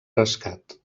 rescat